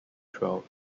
twelve